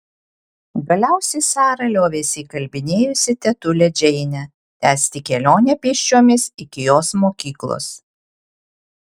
galiausiai sara liovėsi įkalbinėjusi tetulę džeinę tęsti kelionę pėsčiomis iki jos mokyklos